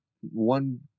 one